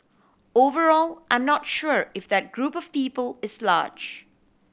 overall I'm not sure if that group of people is large